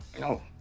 No